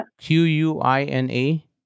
Q-U-I-N-A